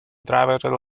driver